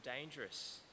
dangerous